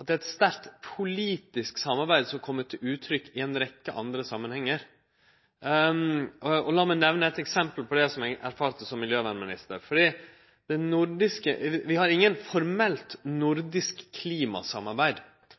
at det er eit sterkt politisk samarbeid som kjem til uttrykk i ei rekkje andre samanhengar. Lat meg nemne eit eksempel på det som eg erfarte som miljøvernminister: Vi har ikkje noko formelt nordisk klimasamarbeid,